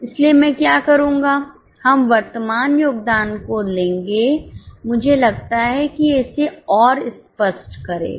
इसलिए मैं क्या करूंगा हम वर्तमान योगदान को लेंगे मुझे लगता है कि यह इसे और स्पष्ट करेगा